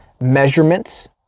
measurements